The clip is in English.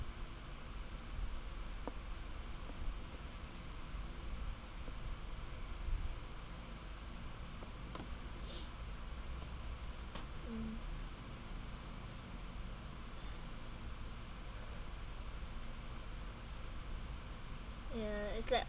mm ya it's like